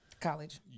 college